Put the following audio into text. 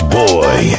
boy